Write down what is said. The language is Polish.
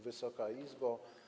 Wysoka Izbo!